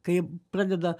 kai pradeda